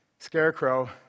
Scarecrow